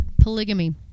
polygamy